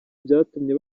byatumye